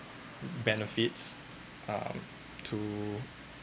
benefits um to